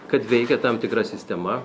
kad veikia tam tikra sistema